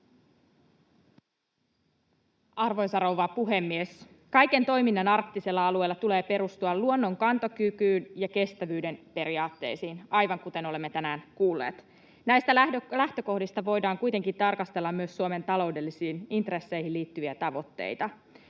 Arvoista rouva puhemies! Kaiken toiminnan arktisella alueella tulee perustua luonnon kantokykyyn ja kestävyyden periaatteisiin, aivan kuten olemme tänään kuulleet. Näistä lähtökohdista voidaan kuitenkin tarkastella myös Suomen taloudellisiin intresseihin liittyviä tavoitteita.